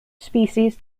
species